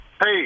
Hey